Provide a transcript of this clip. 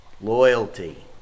Loyalty